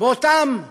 באותם בתי-אבות,